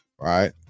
right